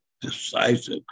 decisive